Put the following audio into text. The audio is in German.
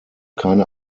keine